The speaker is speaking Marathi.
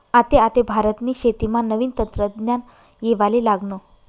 आते आते भारतनी शेतीमा नवीन तंत्रज्ञान येवाले लागनं